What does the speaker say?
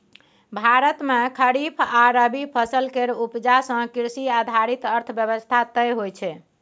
भारत मे खरीफ आ रबी फसल केर उपजा सँ कृषि आधारित अर्थव्यवस्था तय होइ छै